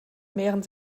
mehren